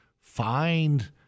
find